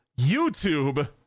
YouTube